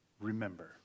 remember